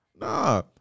Nah